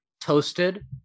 toasted